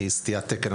אני סטיית תקן,